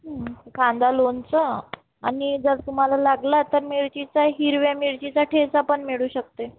हं कांदा लोणचं आणि जर तुम्हाला लागलं तर मिरचीचा हिरव्या मिरचीचा ठेचा पण मिळू शकते